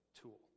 tool